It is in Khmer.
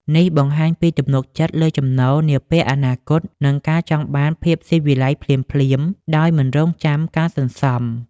នេះបង្ហាញពីទំនុកចិត្តលើចំណូលនាពេលអនាគត និងការចង់បានភាពស៊ីវិល័យភ្លាមៗដោយមិនរង់ចាំការសន្សំ។